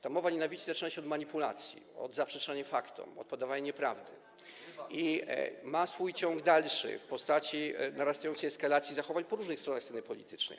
Ta mowa nienawiści zaczyna się od manipulacji, od zaprzeczania faktom, od podawania nieprawdy i ma swój ciąg dalszy w postaci eskalacji takich zachowań po różnych stronach sceny politycznej.